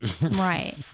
right